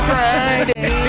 Friday